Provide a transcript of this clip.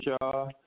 y'all